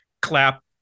clap